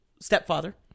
stepfather